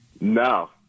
No